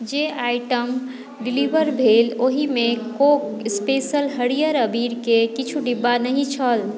जे item deliver भेल ओहिमे कौक स्पेशल हरियर अबीरके किछु डिब्बा नहि छल